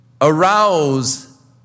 arouse